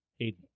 Aiden